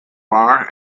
bar